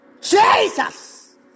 Jesus